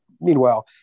meanwhile